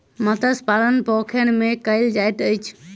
मत्स्य पालन पोखैर में कायल जाइत अछि